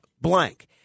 blank